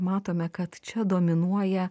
matome kad čia dominuoja